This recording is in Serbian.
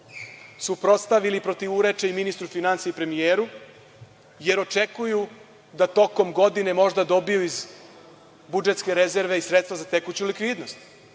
suprotstave ili protivureče ministru finansija i premijeru, jer očekuju da tokom godine možda dobiju iz budžetske rezerve sredstva za tekuću likvidnost